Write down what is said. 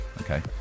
okay